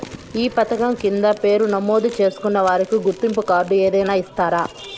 ఈ పథకం కింద పేరు నమోదు చేసుకున్న వారికి గుర్తింపు కార్డు ఏదైనా ఇస్తారా?